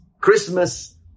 Christmas